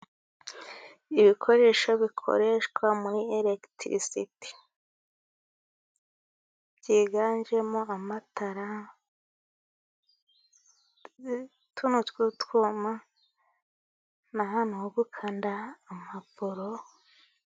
Ibikoresho bikoreshwa muri elegitirisite byiganjemo amatara tuno tw'utwuma na hantu ho gukanda amaburo.